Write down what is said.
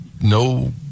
no